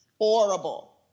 horrible